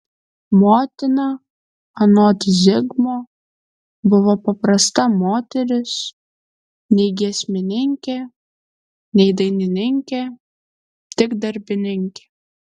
motina anot zigmo buvo paprasta moteris nei giesmininkė nei dainininkė tik darbininkė